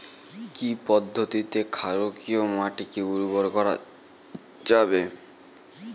কি পদ্ধতিতে ক্ষারকীয় মাটিকে উর্বর করা যাবে?